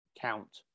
count